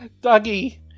Dougie